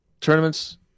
tournaments